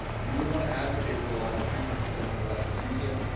you wouldn't want to advocate for a lot of the treatments that benjamin rush was using,